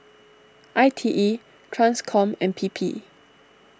I T E Transcom and P P